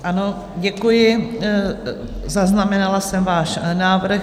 Ano, děkuji, zaznamenala jsem váš návrh.